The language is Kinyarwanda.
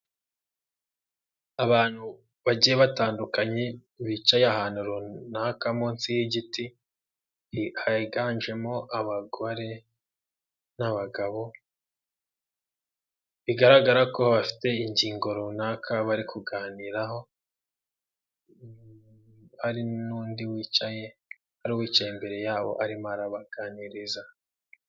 Abantu bagiye batandukanye, bicaye ahantu runaka munsi y'igiti, higanjemo abagore n'abagabo, bigaragara ko bafite ingingo runaka bari kuganiraho, hari n'undi wicaye, hari uwicaye imbere yabo arimo arabaganiriza.